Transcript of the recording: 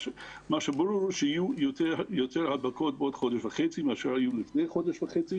מה שברור הוא שיהיו יותר הדבקות בעוד חודש וחצי מאשר היו לפני חודש וחצי